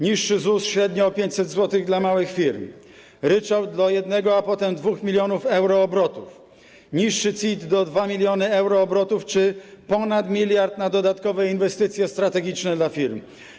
Niższy ZUS, średnio o 500 zł, dla małych firm, ryczałt do 1 mln, a potem 2 mln euro obrotu, niższy CIT do 2 mln euro obrotu czy ponad miliard na dodatkowe inwestycje strategiczne dla firm.